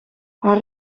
haar